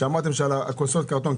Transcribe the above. שאמרתם על כוסות הקרטון,